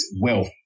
wealth